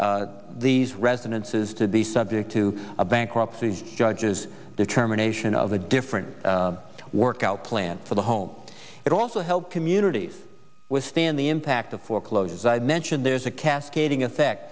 these residences to be subject to a bankruptcy judges determination of a different workout plan for the home it also helps communities withstand the impact of foreclosures i mentioned there's a cascading effect